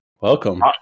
Welcome